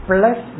Plus